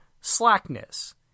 slackness